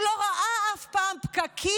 הוא לא ראה אף פעם פקקים,